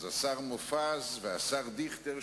אז השר מופז והשר דיכטר,